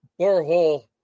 borehole